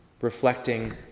reflecting